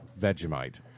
Vegemite